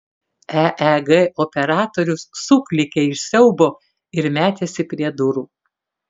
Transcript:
eeg operatorius suklykė iš siaubo ir metėsi prie durų